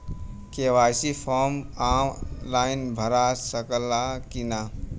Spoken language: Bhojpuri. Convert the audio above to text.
के.वाइ.सी फार्म आन लाइन भरा सकला की ना?